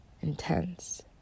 intense